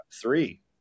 three